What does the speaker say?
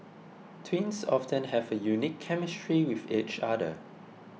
twins often have a unique chemistry with each other